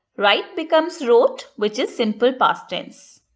write becomes wrote which is simple past tense.